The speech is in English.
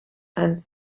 and